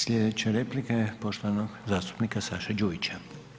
Sljedeća replika je poštovanog zastupnika Saše Đujića.